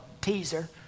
teaser